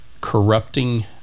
corrupting